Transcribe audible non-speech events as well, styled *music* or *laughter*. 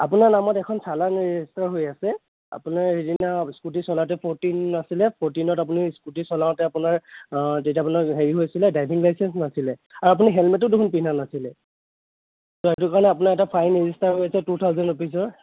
আপোনাৰ নামত এখন চালান ৰেজিষ্টাৰ হৈ আছে আপোনাৰ সেইদিনা স্কুটি চলাওতে *unintelligible* নাছিলে *unintelligible* আপুনি স্কুটি চলাওতে আপোনাৰ তেতিয়া আপোনাৰ হেৰি হৈছিলে ড্ৰাইভিং লাইসেন্স নাছিলে আৰু আপুনি হেলমেটো দেখোন পিন্ধা নাছিলে সেইটো কাৰণে আপোনাৰ এটা ফাইন ৰেজিষ্টাৰ হৈ আছে টু থাউজেণ্ড ৰুপিজৰ